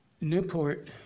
Newport